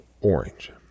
orange